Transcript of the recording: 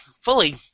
Fully